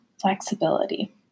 flexibility